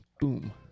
Boom